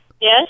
Yes